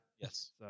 Yes